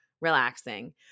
relaxing